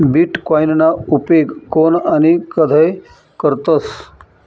बीटकॉईनना उपेग कोन आणि कधय करतस